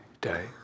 day